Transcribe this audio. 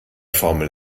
formel